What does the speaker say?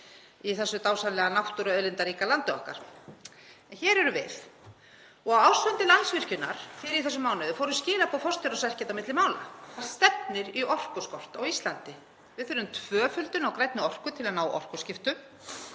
í þessu dásamlega náttúruauðlindaríka landi okkar, en hér erum við. Á ársfundi Landsvirkjunar fyrr í þessum mánuði fóru skilaboð forstjórans ekkert á milli mála. Það stefnir í orkuskort á Íslandi. Við þurfum tvöföldun á grænni orku til að ná orkuskiptum